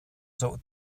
zoh